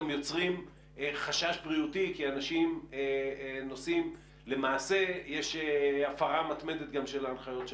גם יוצרות חשש בריאותי כי למעשה יש הפרה מתמדת גם של ההנחיות שלכם.